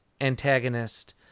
antagonist